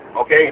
Okay